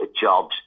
jobs